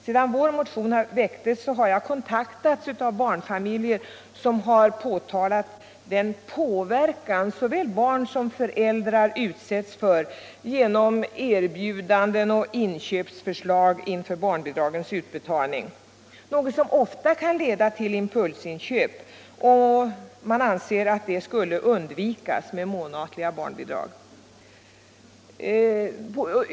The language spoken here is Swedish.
Sedan vår motion väcktes vid riksmötets början har jag kontaktats av barnfamiljer som påtalat den påverkan såväl barn som föräldrar utsätts för genom erbjudanden och inköpsförslag inför barnbidragens utbetalning, något som ofta kan leda till impulsköp. Man anser att detta skulle undvikas med månadsvis utbetalade barnbidrag.